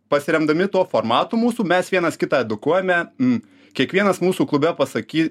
pasiremdami tuo formatu mūsų mes vienas kitą edukuojame kiekvienas mūsų klube pasaky